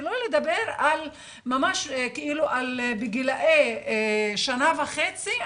ולא לדבר על גילאי שנה וחצי,